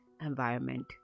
environment